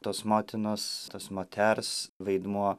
tos motinos tos moters vaidmuo